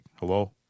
Hello